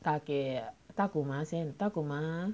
打给大股吗先大股吗